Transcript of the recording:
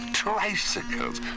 tricycles